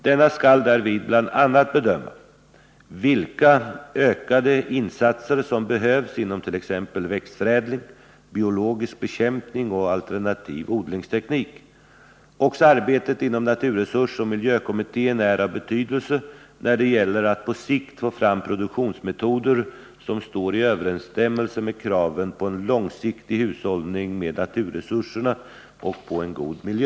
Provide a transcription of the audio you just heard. Denna skall därvid bl.a. bedöma vilka ökade insatser som behövs inom t.ex. växtförädling, biologisk bekämpning och alternativ odlingsteknik. Också arbetet inom naturresursoch miljökommittén är av betydelse när det gäller att på sikt få fram produktionsmetoder, som står i överensstämmelse med kraven på en långsiktig hushållning med naturresurserna och på en god miljö.